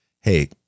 Hey